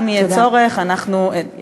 אם יהיה צורך, אנחנו, תודה.